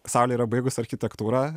saulė yra baigus architektūrą